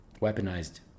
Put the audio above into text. weaponized